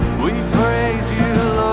we praise you